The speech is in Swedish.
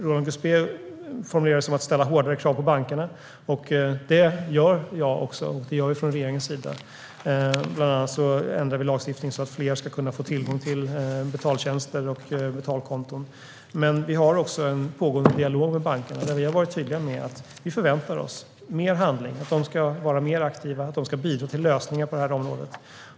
Roland Gustbée formulerar det som ställa hårdare krav på bankerna. Det gör jag och regeringen också. Vi ändrar bland annat lagstiftningen så att fler ska kunna få tillgång till betaltjänster och betalkonton. Vi har även en pågående dialog med bankerna där vi har varit tydliga med att vi förväntar oss mer handling och att de ska vara mer aktiva och bidra till lösningar på detta område.